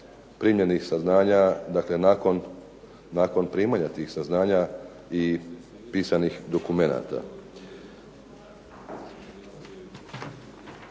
primljenih saznanja, dakle nakon primanja tih saznanja i pisanih dokumenata.